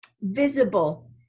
visible